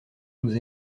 nous